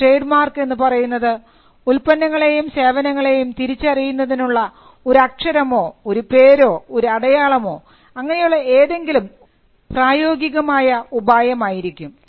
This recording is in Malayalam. ട്രേഡ് മാർക്ക് എന്നു പറയുന്നത് ഉൽപ്പന്നങ്ങളെയും സേവനങ്ങളെയും തിരിച്ചറിയുന്നതിനുള്ള ഒരു അക്ഷരമോ ഒരു പേരോ ഒരു അടയാളമോ അങ്ങനെയുള്ള ഏതെങ്കിലും പ്രായോഗികമായ ഉപായം ആയിരിക്കും